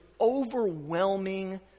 overwhelming